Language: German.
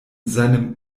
seinem